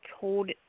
told